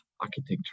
architecture